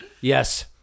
Yes